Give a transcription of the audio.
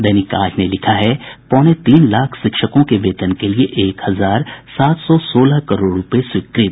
दैनिक आज ने लिखा है पौने तीन लाख शिक्षकों के वेतन के लिए एक हजार सात सौ सोलह करोड़ रूपये स्वीकृत